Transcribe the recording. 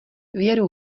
věru